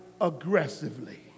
aggressively